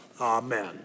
Amen